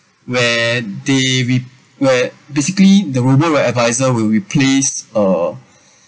where they re~ where basically the robo adviser will replace uh